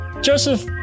Joseph